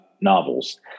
novels